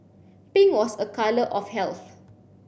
pink was a colour of health